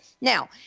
now